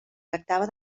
tractava